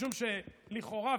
משום שלכאורה,